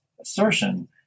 assertion